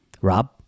Rob